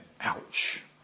ouch